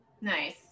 Nice